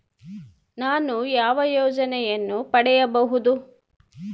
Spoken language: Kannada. ನಾನು ಯಾವ ಯೋಜನೆಯನ್ನು ಪಡೆಯಬಹುದು?